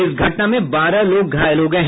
इस घटना में बारह लोग घायल हो गये